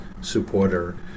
supporter